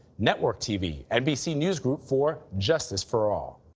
network tv nbc news group for justice for all.